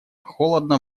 холодно